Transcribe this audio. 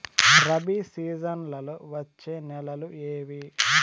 రబి సీజన్లలో వచ్చే నెలలు ఏవి?